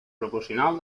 proporcional